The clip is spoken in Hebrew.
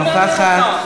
אינה נוכחת,